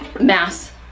mass